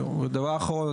דבר אחרון,